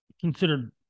considered